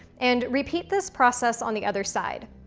and repeat this process on the other side.